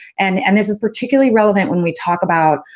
and and, this is particularly relevant when we talk about,